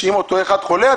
אם אותו אדם חולה,